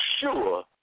sure